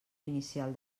inicial